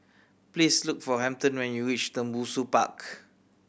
please look for Hampton when you reach Tembusu Park